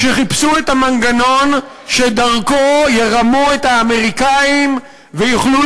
כשחיפשו את המנגנון שדרכו ירמו את האמריקנים ויוכלו